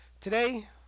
Today